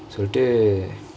so வந்துட்டு:vanthuttu